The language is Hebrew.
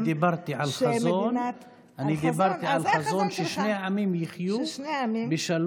אני דיברתי על חזון ששני העמים יחיו בשלום,